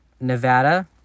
Nevada